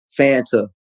Fanta